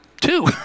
two